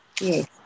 Yes